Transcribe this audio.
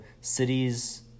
cities